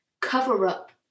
cover-up